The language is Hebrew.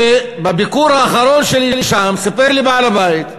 בביקור האחרון שלי שם סיפר לי בעל-הבית שהם,